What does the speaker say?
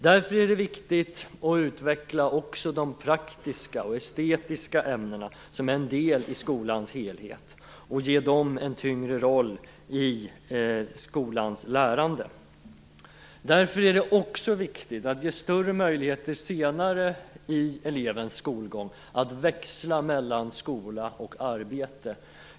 Därför är det viktigt att också utveckla de praktiska och estetiska ämnena som en del av skolans helhet och att ge dessa en tyngre roll i skolans lärande. Därför är det också viktigt att ge större möjligheter senare i elevens skolgång att växla mellan skola och arbete.